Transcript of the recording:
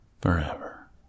forever